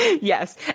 Yes